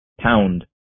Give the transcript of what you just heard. Pound